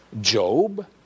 Job